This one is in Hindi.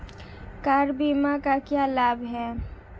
कार बीमा का क्या लाभ है?